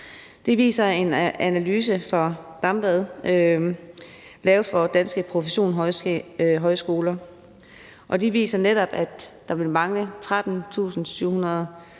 Det viser en analyse fra DAMVAD Analytics lavet for Danske Professionshøjskoler. Den viser netop, at der vil mangle 13.700